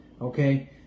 okay